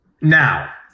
Now